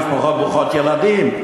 משפחות ברוכות ילדים,